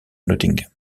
nottingham